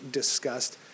discussed